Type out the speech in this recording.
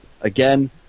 again